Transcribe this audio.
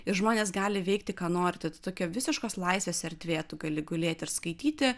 ir žmonės gali veikti ką nori ta tokio visiškos laisvės erdvė tu gali gulėti ir skaityti